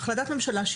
החלטת ממשלה,